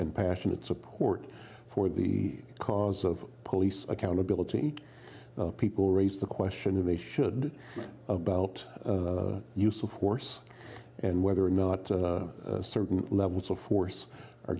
and passionate support for the cause of police accountability people raise the question that they should about use of force and whether or not certain levels of force are